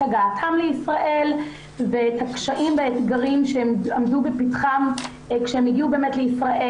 הגעתן לישראל ואת הקשיים והאתגרים שהם עמדו בפתחם כשהגיעו לישראל.